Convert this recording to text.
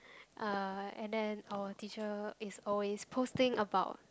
uh and then our teacher is always posting about